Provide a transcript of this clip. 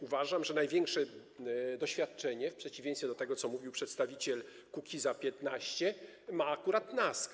Uważam, że największe doświadczenie, w przeciwieństwie do tego, co mówił przedstawiciel Kukiza’15, ma akurat NASK.